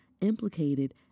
implicated